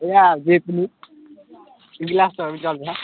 र जे पनि गिलासहरू चल्छ